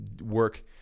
work